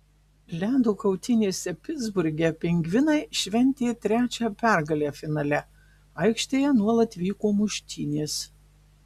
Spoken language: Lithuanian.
ledo kautynėse pitsburge pingvinai šventė trečią pergalę finale aikštėje nuolat vyko muštynės